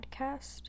podcast